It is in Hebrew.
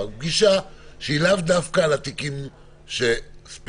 פגישה שהיא לאו דווקא על התיקים הספציפיים.